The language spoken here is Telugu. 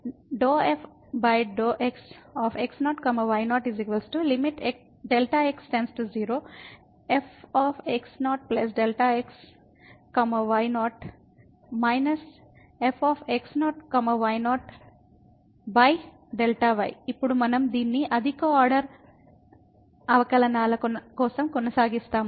∂ f ∂ x| x0y0 Δx 0 fx0 Δx y0 fx0 y0Δy ఇప్పుడు మనం దీన్ని అధిక ఆర్డర్ అవకలనాల కోసం కొనసాగిస్తాము